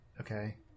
okay